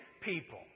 people